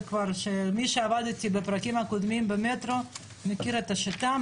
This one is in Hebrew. מי שעבד איתי בפרקים הקודמים במטרו מכיר את השיטה,